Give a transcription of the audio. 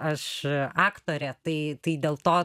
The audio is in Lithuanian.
aš aktorė tai tai dėl to